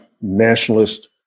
nationalist